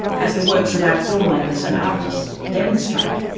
as the works of our filmmakers and artists demonstrate.